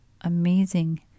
Amazing